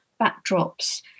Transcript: backdrops